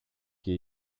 και